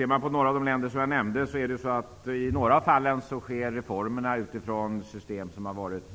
I några av de länder som jag nämnde sker reformerna utifrån system som har varit